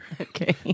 Okay